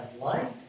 life